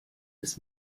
des